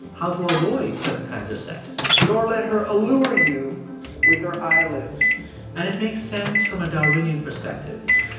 how to avoid certain kinds of sex. nor let her allure you with her eyelids and it makes sense from a darwinian perspective.